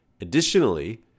Additionally